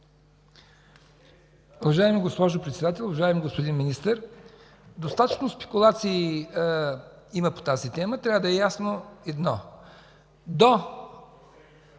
Уважаема госпожо Председател, уважаеми господин Министър! Достатъчно спекулации има по тази тема. Трябва да е ясно едно.